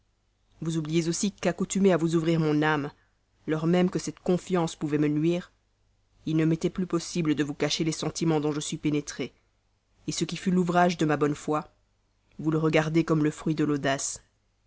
vous oubliez aussi qu'accoutumé à vous ouvrir mon âme lors même que cette confiance pouvait me nuire il ne m'était plus possible de vous cacher les sentiments dont vous l'avez pénétrée ce qui fut l'ouvrage de ma bonne foi vous le regardez comme le fruit de l'audace